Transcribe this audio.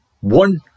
One